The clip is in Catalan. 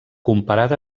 comparat